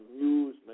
amusement